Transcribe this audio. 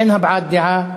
אין הבעת דעה.